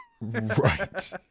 Right